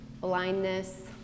blindness